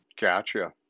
Gotcha